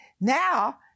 Now